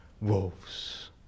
wolves